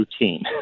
routine